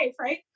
right